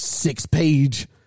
six-page